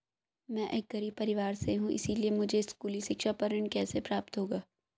मैं एक गरीब परिवार से हूं इसलिए मुझे स्कूली शिक्षा पर ऋण कैसे प्राप्त होगा?